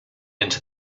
into